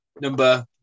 number